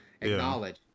acknowledge